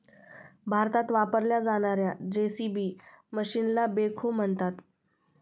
भारतात वापरल्या जाणार्या जे.सी.बी मशीनला बेखो म्हणतात